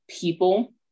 people